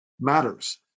matters